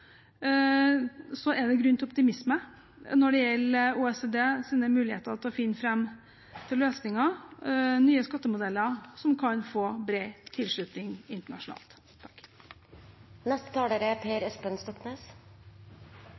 er det grunn til optimisme når det gjelder OECDs muligheter til å finne fram til løsninger, nye skattemodeller, som kan få bred tilslutning internasjonalt.